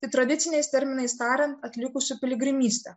tradiciniais terminais tariant atlikusių piligrimystę